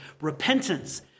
Repentance